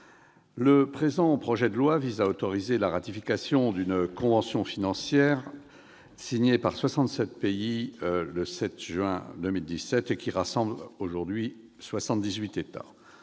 le présent projet de loi vise à autoriser la ratification d'une convention financière signée par 67 pays le 7 juin 2017 et rassemblant aujourd'hui 78 États.